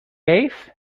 eighth